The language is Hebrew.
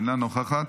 אינה נוכחת,